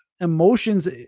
emotions